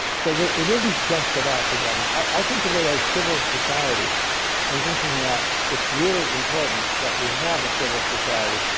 so it isn't just about the government. i think of it as civil society and thinking that it's really important that we have a civil society.